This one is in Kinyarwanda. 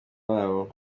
babo